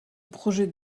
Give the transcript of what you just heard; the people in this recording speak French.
projet